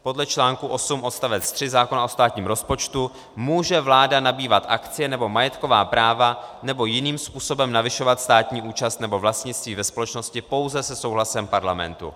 Podle čl. 8 odst. 3 zákona o státním rozpočtu může vláda nabývat akcie nebo majetková práva nebo jiným způsobem navyšovat státní účast nebo vlastnictví ve společnosti pouze se souhlasem parlamentu.